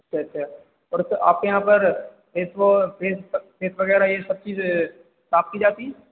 अच्छा अच्छा और सर आपके यहाँ पर फेस वह फेस फेस वगैरह यह सब चीज़ साफ़ की जाती हैं